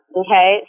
okay